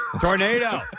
Tornado